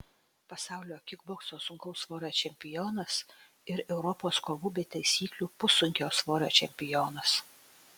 pasaulio kikbokso sunkaus svorio čempionas ir europos kovų be taisyklių pussunkio svorio čempionas